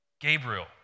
Gabriel